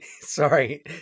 Sorry